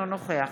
אינו נוכח